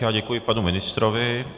Já děkuji panu ministrovi.